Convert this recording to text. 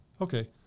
okay